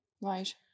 Right